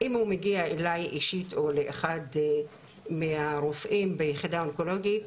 אם הוא מגיע אליי אישית או לאחד מהרופאים ביחידה האונקולוגית,